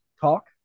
talk